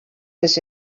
was